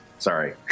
Sorry